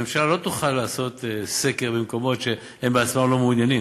הממשלה לא תוכל לעשות סקר במקומות שהם בעצמם לא מעוניינים.